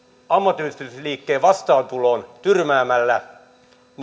ammattiyhdistysliikkeen vastaantulon tyrmäämällä